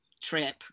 trip